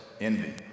envy